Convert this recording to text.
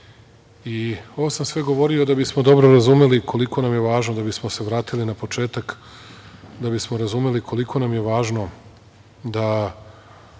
ovo sam govorio da bismo dobro razumeli koliko nam je važno, da bismo se vratili na početak, da bismo razumeli koliko nam je važno da